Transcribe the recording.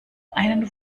einen